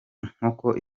inkoko